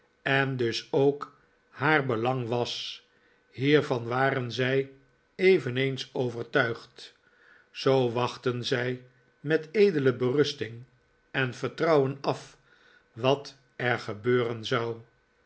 en dus ook haar belang was hiervan waren zij eveneens overtuigd zoo wachtten zij met edele berusting en vertrouwen af wat er gebeuren zou